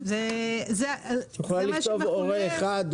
את יכולה לכתוב הורה 1,